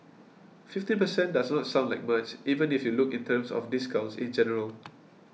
fifteen per cent does not sound like much even if you look in terms of discounts in general